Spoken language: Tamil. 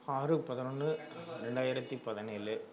ஆறு பதினொன்று ரெண்டாயிரத்தி பதினேழு